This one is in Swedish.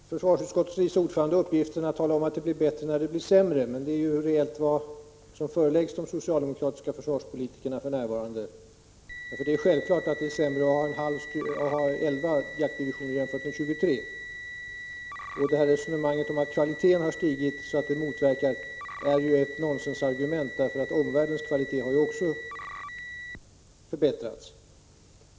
Herr talman! Jag tror inte att någon avundas försvarsutskottets vice ordförande uppgiften att tala om att det blir bättre när det blir sämre, men det är ju reellt vad som föreläggs de socialdemokratiska försvarspolitikerna för närvarande. Det är självklart att det är sämre att ha 11 jaktdivisioner jämfört med 23. Resonemanget om att kvaliteten har stigit så att den motverkar det mindre antalet är ett nonsensargument, eftersom kvaliteten i omvärlden ju också har förbättrats.